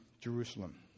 Jerusalem